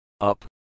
up